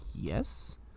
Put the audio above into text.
yes